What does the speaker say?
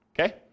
Okay